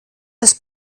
das